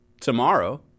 tomorrow